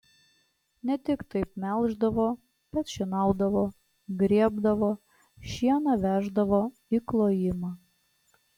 ne tik taip melždavo bet šienaudavo grėbdavo šieną veždavo į klojimą